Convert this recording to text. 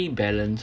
balance